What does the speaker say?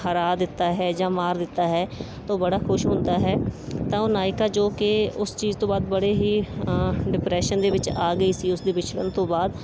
ਹਰਾ ਦਿੱਤਾ ਹੈ ਜਾਂ ਮਾਰ ਦਿੱਤਾ ਹੈ ਤੋ ਬੜਾ ਖੁਸ਼ ਹੁੰਦਾ ਹੈ ਤਾਂ ਉਹ ਨਾਇਕਾ ਜੋ ਕਿ ਉਸ ਚੀਜ਼ ਤੋਂ ਬਾਅਦ ਬੜੇ ਹੀ ਡਿਪਰੈਸ਼ਨ ਦੇ ਵਿੱਚ ਆ ਗਈ ਸੀ ਉਸ ਦੇ ਵਿਛੜਨ ਤੋਂ ਬਾਅਦ